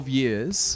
years